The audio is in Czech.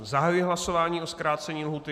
Zahajuji hlasování o zkrácení lhůty.